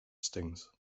stings